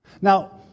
Now